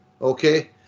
okay